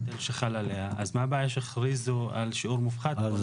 מה הבעיה שיכריזו על שיעור מופחת?